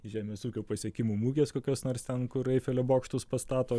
žemės ūkio pasiekimų mugės kokios nors ten kur eifelio bokštus pastato